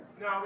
No